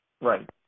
Right